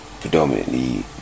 predominantly